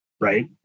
Right